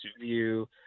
view